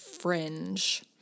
fringe